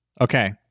Okay